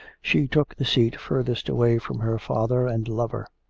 she took the seat furthest away from her father and lover.